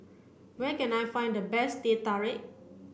where can I find the best Teh Tarik